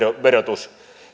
verotus